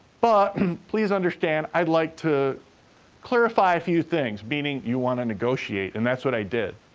but and please understand i'd like to clarify a few things, meaning you want to negotiate. and that's what i did.